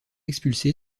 expulsé